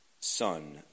son